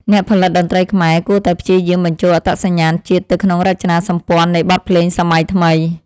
អ្នកផលិតតន្ត្រីខ្មែរគួរតែព្យាយាមបញ្ចូលអត្តសញ្ញាណជាតិទៅក្នុងរចនាសម្ព័ន្ធនៃបទភ្លេងសម័យថ្មី។